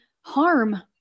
harm